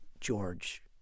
George